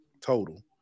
total